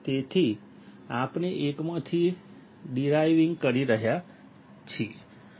તેથી આપણે 1 માંથી ડીરાઈવિંગ કરી રહ્યા છીએ